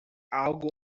algo